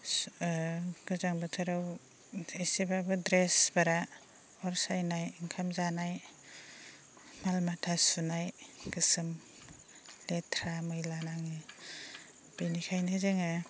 सु गोजां बोथोराव एसेब्लाबो ड्रेसफोरा अर सायनाय ओंखाम जानाय माल माथा सुनाय गोसोम लेथ्रा मैला नाङो बेनिखायनो जोङो